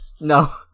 no